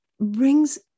brings